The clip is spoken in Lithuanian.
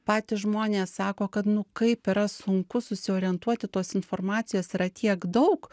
patys žmonės sako kad nu kaip yra sunku susiorientuoti tos informacijos yra tiek daug